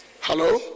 Hello